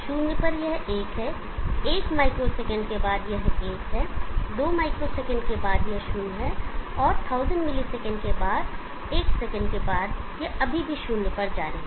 शून्य पर यह एक है एक माइक्रोसेकंड के बाद यह एक है दो माइक्रोसेकंड के बाद यह शून्य है और 1000 मिली सेकंड के बाद एक सेकंड यह अभी भी शून्य पर जारी है